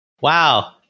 Wow